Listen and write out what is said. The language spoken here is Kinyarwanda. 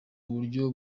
uburyo